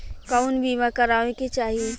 कउन बीमा करावें के चाही?